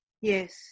Yes